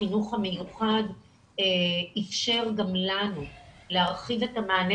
החינוך המיוחד איפשר גם לנו להרחיב את המענה